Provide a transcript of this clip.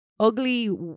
ugly